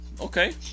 okay